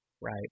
right